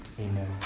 Amen